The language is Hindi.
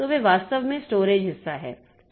तो वे वास्तव में स्टोरेज हिस्सा हैं